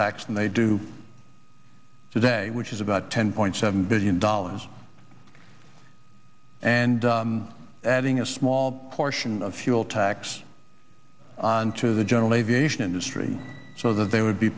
tax than they do today which is about ten point seven billion dollars and adding a small portion of fuel tax on to the general aviation industry so that they would be